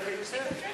למה?